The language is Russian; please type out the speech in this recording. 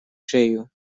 шею